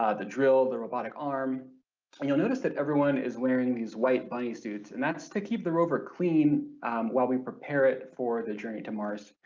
ah the drill, the robotic arm. and you'll notice that everyone is wearing these white bunny suits and that's to keep the rover clean while we prepare it for the journey to mars.